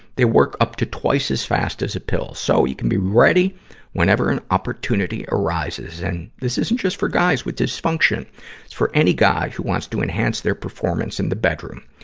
they work up to twice as fast as a pill. so, you can be ready whenever an opportunity arises. and, this isn't just for guys with dysfunction. it's for any guy who want to enhance their performance in the bedroom.